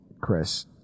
Chris